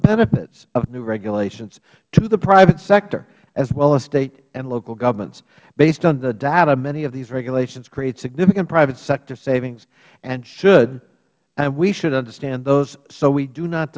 benefits of new regulations to the private sector as well as states and local governments based on the data many of these regulations create significant private sector savings and we should understand those so we do not